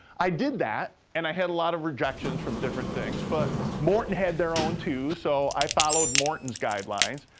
i did that, and i had a lot of rejections from different things. but morton had their own, too, so i followed morton's guidelines.